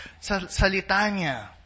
Salitanya